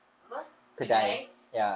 apa kedai